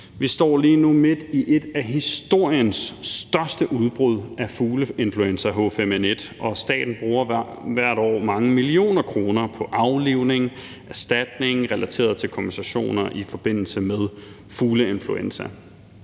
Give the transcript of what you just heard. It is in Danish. Vi står lige nu midt i et af historiens største udbrud af fugleinfluenza H5N1, og staten bruger hvert år mange millioner kroner på aflivning og erstatning relateret til kompensationer i forbindelse med fugleinfluenza.